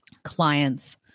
clients